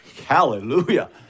hallelujah